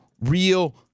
real